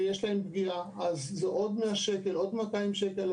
ויש להם --- אז זה עוד 100 שקל או עוד 200 שקל.